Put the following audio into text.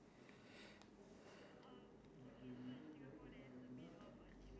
uh cereal prawn the butter I think cereal prawn is really nice way more than butter prawn